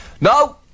No